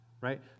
right